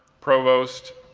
provost,